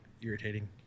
irritating